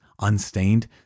unstained